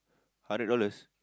hundred dollars